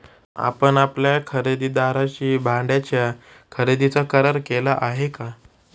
आपण आपल्या खरेदीदाराशी भाड्याच्या खरेदीचा करार केला आहे का?